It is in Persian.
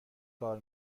کار